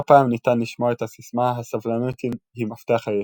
לא פעם ניתן לשמוע את הסיסמה "הסבלנות היא מפתח הישועה"